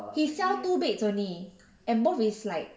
he sell two beds only and both is like